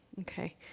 okay